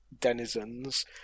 denizens